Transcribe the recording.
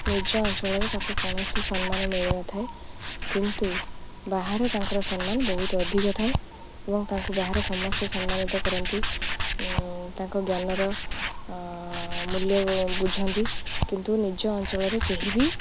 ନିଜ ଅଞ୍ଚଳରେ ତାକୁ କୌଣସି ସମ୍ମାନ ମିଳିନଥାଏ କିନ୍ତୁ ବାହାରେ ତାଙ୍କର ସମ୍ମାନ ବହୁତ ଅଧିକ ଥାଏ ଏବଂ ତାଙ୍କୁ ବାହାରେ ସମସ୍ତେ ସମ୍ମାନିତ କରନ୍ତି ତାଙ୍କ ଜ୍ଞାନର ମୂଲ୍ୟ ବୁଝନ୍ତି କିନ୍ତୁ ନିଜ ଅଞ୍ଚଳରେ କେହି ବି